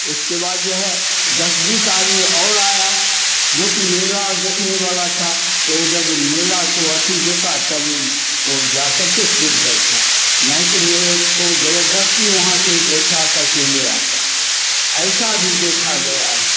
उसके बाद जो है दस बीस आदमी और आया जो की मेरा देखने वाला था तो उ जब मेला को अथि देखा तब वह जा करके चुप बैठा नहीं तो मेरेको ज़बरदस्ती वहाँ से बैठा करके ले आता ऐसा भी देखा गया है